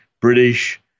British